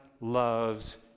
loves